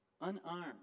Unarmed